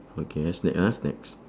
okay ah snack ah snacks